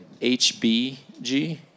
HBG